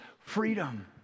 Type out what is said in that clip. freedom